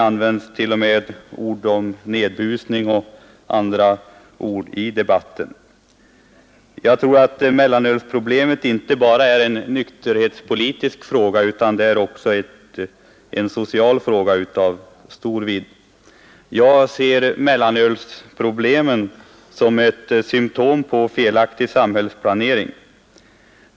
Här har t.o.m. använts ord som ”nedbusning” i debatten. Jag tror att mellanölsproblemet inte bara är en nykterhetspolitisk fråga utan också en social fråga av stor vikt. Jag ser mellanölsproblemet som ett symtom på felaktig samhällsplanering.